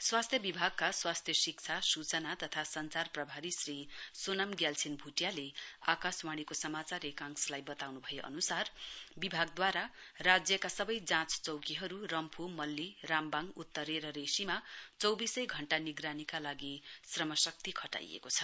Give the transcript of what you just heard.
स्वास्थ्य विभागका स्वास्थ्य शिक्षा सूचना तथा संचार प्रभआरी श्री सोनाम ग्याल्छेन भुटियाले आकाशवाणी समाचार एंकाशलाई बताउनु भए अनुसार विभागले राज्यका सबै जाँच चौकीहरू रम्फू मल्ली रामबाङ उत्तेर र रेशीमा चौबिसै घण्टा निगरानीका लागि श्रमशक्ति खटाइएको छ